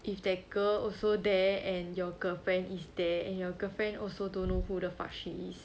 if that girl also there and your girlfriend is there and your girlfriend also don't know who the fuck she is